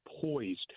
poised